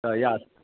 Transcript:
तऽ इएह